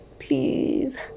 Please